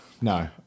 no